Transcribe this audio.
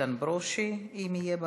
איתן ברושי, אם יהיה באולם,